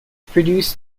produced